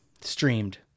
streamed